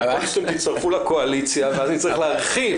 יכול להיות שאתם תצטרפו לקואליציה ואז נצטרך להרחיב.